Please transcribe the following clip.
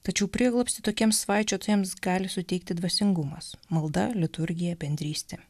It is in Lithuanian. tačiau prieglobstį tokiems svaičiotojams gali suteikti dvasingumas malda liturgija bendrystė